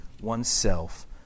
oneself